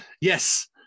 Yes